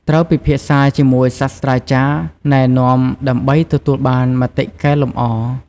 ត្រូវពិភាក្សាជាមួយសាស្រ្តាចារ្យណែនាំដើម្បីទទួលបានមតិកែលម្អ។